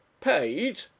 Paid